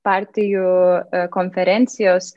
partijų konferencijos